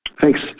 thanks